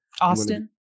Austin